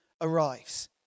arrives